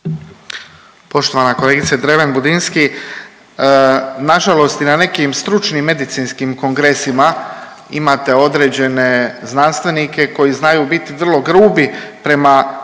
Poštovana kolegice Dreven Budinski, nažalost i na nekim stručnim medicinskim kongresima imate određene znanstvenike koji znaju bit vrlo grubi prema kolegama